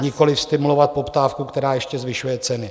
, nikoliv stimulovat poptávku, která ještě zvyšuje ceny.